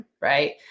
Right